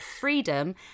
freedom